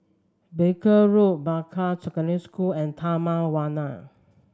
Barker Road Peicai Secondary School and Taman Warna